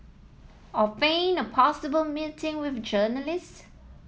or feign a possible meeting with journalists